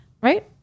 right